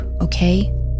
okay